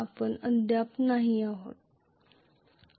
आम्ही रोटेशनल मोशनमध्ये स्थलांतर केलेले नाही